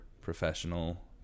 professional